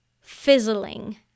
Fizzling